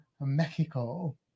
Mexico